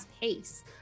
pace